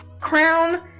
crown